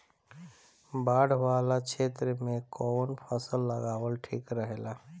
बाढ़ वाला क्षेत्र में कउन फसल लगावल ठिक रहेला?